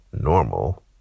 normal